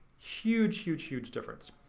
huge, huge, huge difference.